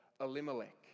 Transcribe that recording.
Elimelech